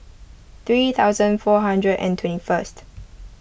three thousand four hundred and twenty first